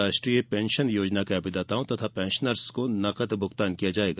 राष्ट्रीय पेंशन योजना के अभिदाताओं तथा पेंशनर्स को नगद भुगतान किया जाएगा